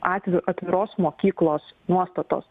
atveju atviros mokyklos nuostatos